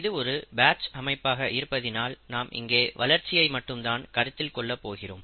இது ஒரு பேட்ச் அமைப்பாக இருப்பதினால் நாம் இங்கே வளர்ச்சியை மட்டும் தான் கருத்தில் கொள்ள போகிறோம்